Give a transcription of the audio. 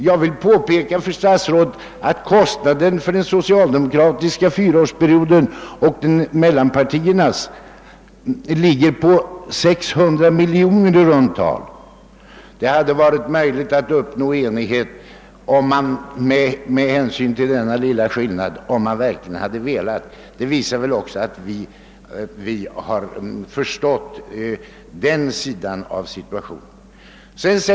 Jag vill påpeka, inte för statsrådet, men för kammaren, att kostnadsskillnaden mellan socialdemokraternas och mellanpartiernas förslag för fyraårsperioden ligger på i runt tal 600 miljoner kronor på en totalsumma på 20 miljarder. Det hade varit möjligt att uppnå enighet med hänsyn till denna obetydliga skillnad, om man verkligen hade velat. Vi har förstått den sidan av saken.